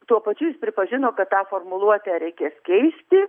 tuo pačiu jis pripažino kad tą formuluotę reikės keisti